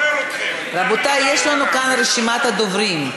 רבותי, יש לנו כאן רשימת דוברים.